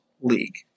league